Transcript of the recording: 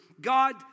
God